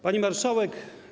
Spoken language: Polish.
Pani Marszałek!